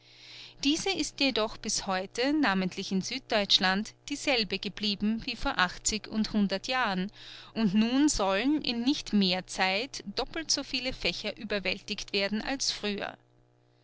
diese jedoch ist bis heute namentlich in süddeutschland dieselbe geblieben wie vor achtzig und hundert jahren und nun sollen in nicht mehr zeit doppelt so viele fächer überwältigt werden als früher